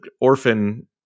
orphan